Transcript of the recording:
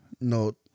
no